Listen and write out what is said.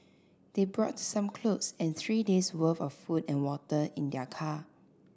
they brought some clothes and three days' worth of food and water in their car